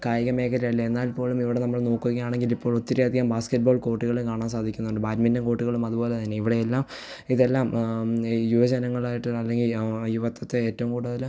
കായിക മേഖല അല്ല എന്നാൽ പോലും ഇവിടെ നമ്മൾ നോക്കുകയാണെങ്കിൽ ഇപ്പോൾ ഒത്തിരി അധികം ബാസ്കറ്റ് ബോൾ കോർട്ടുകൾ കാണാൻ സാധിക്കുന്നുണ്ട് ബാഡ്മിൻറ്റൺ കോർട്ടുകളും അതുപോലെ തന്നെ ഇവിടെ എല്ലാം ഇതെല്ലാം യുവജനങ്ങളായിട്ട് അല്ലെങ്കിൽ യുവത്വത്തെ ഏറ്റവും കൂടുതൽ